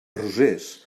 rosers